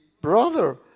brother